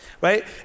right